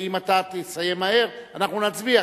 ואם אתה תסיים מהר אנחנו נצביע,